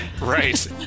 Right